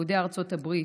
יהודי ארצות הברית,